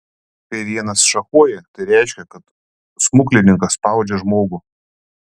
kai vienas šachuoja tai reiškia kad smuklininkas spaudžia žmogų